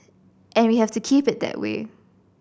and we have to keep it that way